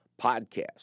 podcast